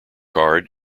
hard